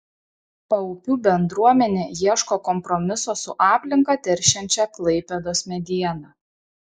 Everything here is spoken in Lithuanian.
paupių bendruomenė ieško kompromiso su aplinką teršiančia klaipėdos mediena